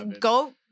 go